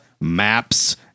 Maps